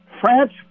France